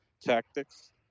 tactics